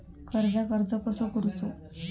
कर्जाक अर्ज कसो करूचो?